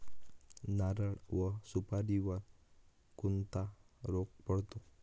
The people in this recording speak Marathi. नारळ व सुपारीवर कोणता रोग पडतो?